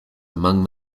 among